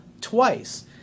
twice